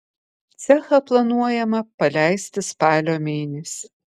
cechą planuojama paleisti spalio mėnesį